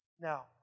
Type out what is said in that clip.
now